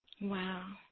Wow